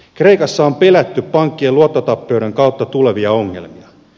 kreikassa on pelätty pankkien luottotappioiden kautta tulevia ongelmia